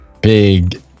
big